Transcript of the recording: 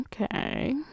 Okay